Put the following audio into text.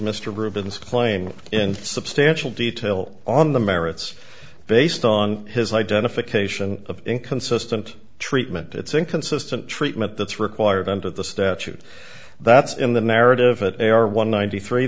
mr rubin's playing in substantial detail on the merits based on his identification of inconsistent treatment it's inconsistent treatment that's required under the statute that's in the narrative it are one ninety three